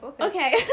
Okay